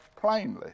plainly